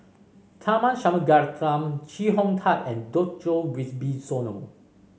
Tharman Shanmugaratnam Chee Hong Tat and Djoko Wibisono